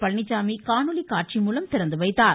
பழனிச்சாமி காணொலி காட்சி மூலம் திறந்து வைத்தார்